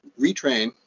retrain